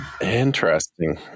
Interesting